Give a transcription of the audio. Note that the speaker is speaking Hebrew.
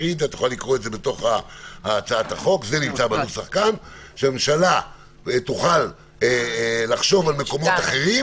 תוכל לחשוב על מקומות אחרים,